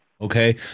okay